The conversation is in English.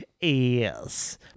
yes